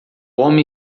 homem